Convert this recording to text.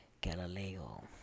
Galileo